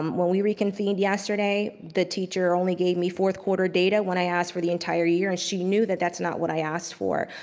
um when we reconvened yesterday, the teacher only gave me fourth quarter data when i asked for the entire year and she knew that that's not what i asked for.